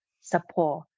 support